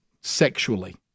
sexually